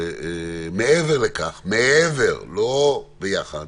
מעבר לכך, לא ביחד,